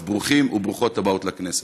אז ברוכים וברוכות הבאות לכנסת.